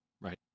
Right